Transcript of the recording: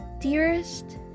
Dearest